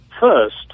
First